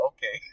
Okay